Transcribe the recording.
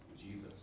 Jesus